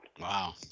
Wow